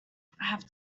have